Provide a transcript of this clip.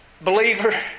Believer